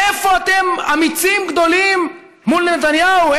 איפה אתם, אמיצים גדולים מול נתניהו?